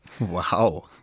Wow